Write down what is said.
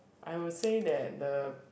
I will say that the